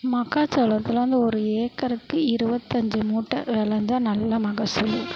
மக்காச்சோளத்தில் வந்து ஒரு ஏக்கருக்கு இருபத்தஞ்சி மூட்டை வௌஞ்சால் நல்ல மகசூல்